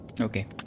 Okay